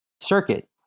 circuit